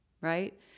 right